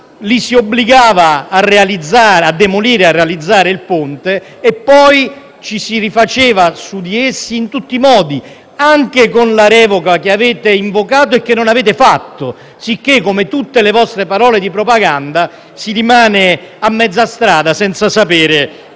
la si obbligava a demolire e a realizzare il ponte, e poi ci si rifaceva su di essa in tutti i modi, anche con la revoca che avete invocato e che non avete fatto, cosicché, come tutte le vostre parole di propaganda, si rimane a mezza strada, senza sapere